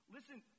Listen